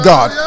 God